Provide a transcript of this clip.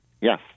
Yes